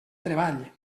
treball